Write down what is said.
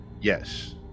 yes